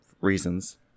reasons